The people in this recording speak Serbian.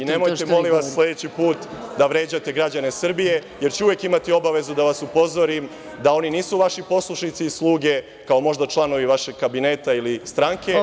I nemojte molim vas sledeći put da vređate građane Srbije, jer ću uvek imati obavezu da vas upozorim da oni nisu vaši poslušnici i sluge kao možda članovi vašeg kabineta ili stranke.